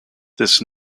this